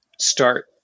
start